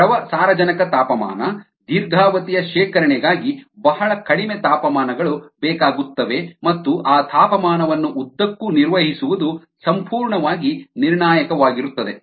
ದ್ರವ ಸಾರಜನಕ ತಾಪಮಾನ ದೀರ್ಘಾವಧಿಯ ಶೇಖರಣೆಗಾಗಿ ಬಹಳ ಕಡಿಮೆ ತಾಪಮಾನಗಳು ಬೇಕಾಗುತ್ತವೆ ಮತ್ತು ಆ ತಾಪಮಾನವನ್ನು ಉದ್ದಕ್ಕೂ ನಿರ್ವಹಿಸುವುದು ಸಂಪೂರ್ಣವಾಗಿ ನಿರ್ಣಾಯಕವಾಗಿರುತ್ತದೆ